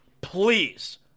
Please